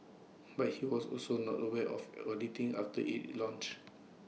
but he was also not aware of auditing after IT launched